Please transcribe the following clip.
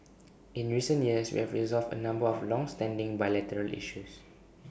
in recent years we have resolved A number of longstanding bilateral issues